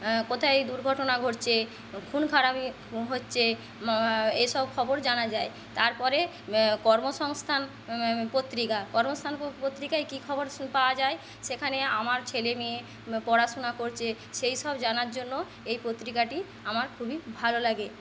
কোথায় দুর্ঘটনা ঘটছে খুন খারাবি হচ্ছে এইসব খবর জানা যায় তারপরে কর্মসংস্থান পত্রিকা কর্মসংস্থান পত্রিকায় কী খবর পাওয়া যায় সেখানে আমার ছেলেমেয়ে পড়াশোনা করছে সেই সব জানার জন্য এই পত্রিকাটি আমার খুবই ভালো লাগে